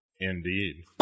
Indeed